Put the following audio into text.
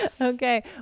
okay